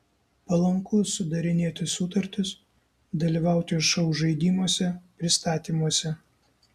palanku sudarinėti sutartis dalyvauti šou žaidimuose pristatymuose